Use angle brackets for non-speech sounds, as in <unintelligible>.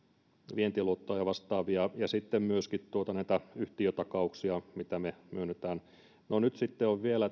vientiluottoja ja vastaavia ja sitten myöskin näitä yhtiötakauksia mitä me myönnämme nyt sitten on vielä <unintelligible>